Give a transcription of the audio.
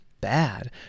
bad